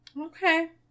Okay